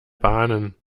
bahnen